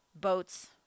boats